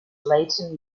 leighton